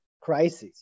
crisis